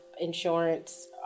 insurance